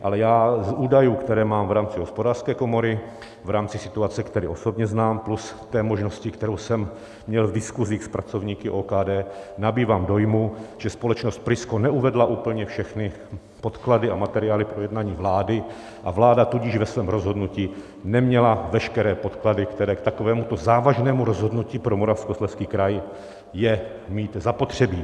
Ale já z údajů, které mám v rámci Hospodářské komory, v rámci situace, kterou osobně znám, plus možnosti, kterou jsem měl v diskusích s pracovníky OKD, nabývám dojmu, že společnost Prisko neuvedla úplně všechny podklady a materiály k projednání vlády, a vláda tudíž ve svém rozhodnutí neměla veškeré podklady, které k takovémuto závažnému rozhodnutí pro Moravskoslezský kraj je mít zapotřebí.